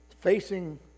facing